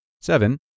Seven